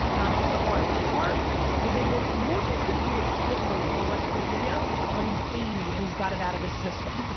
not just the heart. the heart is able. morgan's gonna do a shit-load for west virginia when he's eighty and he's got it out of his system.